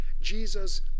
Jesus